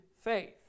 faith